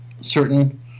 certain